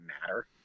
matter